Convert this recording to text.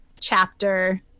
chapter